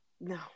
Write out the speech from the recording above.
No